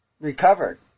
recovered